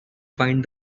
find